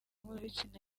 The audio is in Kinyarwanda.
mpuzabitsina